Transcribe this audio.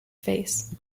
face